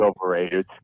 overrated